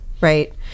right